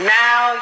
now